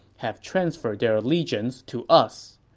have transferred their allegiance to us.